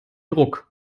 ruck